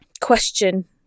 question